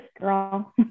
girl